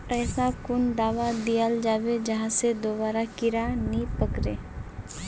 ऐसा कुन दाबा दियाल जाबे जहा से दोबारा कीड़ा नी पकड़े?